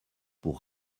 pour